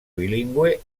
bilingüe